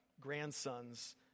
grandsons